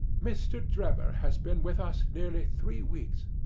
mr. drebber has been with us nearly three weeks.